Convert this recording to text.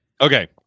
Okay